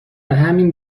همین